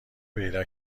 پیدا